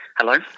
Hello